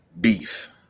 beef